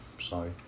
Sorry